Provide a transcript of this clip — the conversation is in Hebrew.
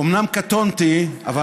אומנם קטונתי, מוסר יהודי.